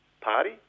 party